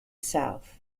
south